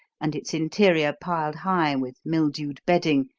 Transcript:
and its interior piled high with mildewed bedding,